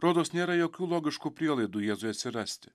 rodos nėra jokių logiškų prielaidų jėzui atsirasti